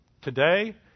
Today